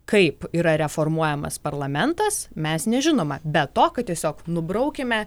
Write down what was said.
kaip yra reformuojamas parlamentas mes nežinoma be to kad tiesiog nubraukime